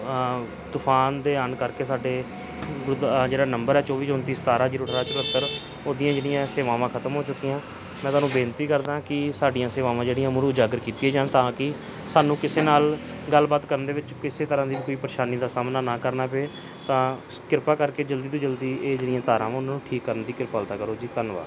ਤੂਫਾਨ ਦੇ ਆਉਣ ਕਰਕੇ ਸਾਡੇ ਗ ਜਿਹੜਾ ਨੰਬਰ ਹੈ ਚੌਵੀ ਚੌਂਤੀ ਸਤਾਰ੍ਹਾਂ ਜ਼ੀਰੋ ਅਠਾਰ੍ਹਾਂ ਚੁਹੱਤਰ ਉਹਦੀਆਂ ਜਿਹੜੀਆਂ ਸੇਵਾਵਾਂ ਖਤਮ ਹੋ ਚੁੱਕੀਆਂ ਮੈਂ ਤੁਹਾਨੂੰ ਬੇਨਤੀ ਕਰਦਾ ਕਿ ਸਾਡੀਆਂ ਸੇਵਾਵਾਂ ਜਿਹੜੀਆਂ ਮੁੜ ਉਜਾਗਰ ਕੀਤੀਆਂ ਜਾਣ ਤਾਂ ਕਿ ਸਾਨੂੰ ਕਿਸੇ ਨਾਲ ਗੱਲਬਾਤ ਕਰਨ ਦੇ ਵਿੱਚ ਕਿਸੇ ਤਰ੍ਹਾਂ ਦੀ ਕੋਈ ਪਰੇਸ਼ਾਨੀ ਦਾ ਸਾਹਮਣਾ ਨਾ ਕਰਨਾ ਪਏ ਤਾਂ ਕਿਰਪਾ ਕਰਕੇ ਜਲਦੀ ਤੋਂ ਜਲਦੀ ਇਹ ਜਿਹੜੀਆਂ ਤਾਰਾਂ ਉਹਨਾਂ ਨੂੰ ਠੀਕ ਕਰਨ ਦੀ ਕਿਰਪਾਲਤਾ ਕਰੋ ਜੀ ਧੰਨਵਾਦ